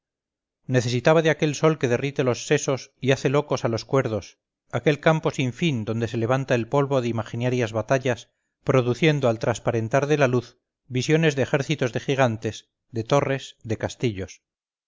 necesitaba de aquel sol que derrite los sesos y hace locos a los cuerdos aquel campo sin fin donde se levanta el polvo de imaginarias batallas produciendo al transparentarde la luz visiones de ejércitos de gigantes de torres de castillos